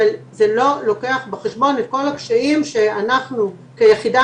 אבל זה לא לוקח בחשבון את כל הקשיים שאנחנו כיחידה